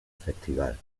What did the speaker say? festival